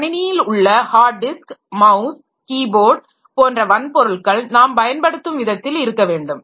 கணினியில் உள்ள hard disk mouse keyboard போன்ற வன்பொருள்கள் நாம் பயன்படுத்தும் விதத்தில் இருக்க வேண்டும்